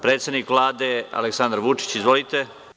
Predsednik Vlade Aleksandar Vučić, izvolite.